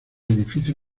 edificio